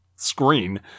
screen